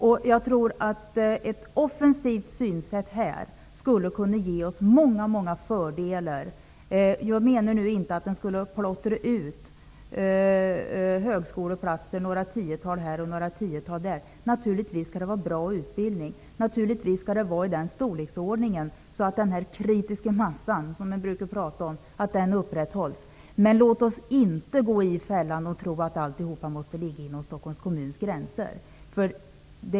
Ett offensivt synsätt på den här punkten skulle kunna ge många fördelar. Jag menar inte att några tiotal högskoleplatser här och några tiotal högskoleplatser där skall plottras ut. Naturligtvis skall det vara en bra utbildning, och naturligtvis skall det vara av den storleksordning att den kritiska massan -- som det brukar talas om -- upprätthålls. Men låt oss inte gå i fällan och tro att allt måste ligga inom Stockholm kommuns gränser.